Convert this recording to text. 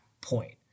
point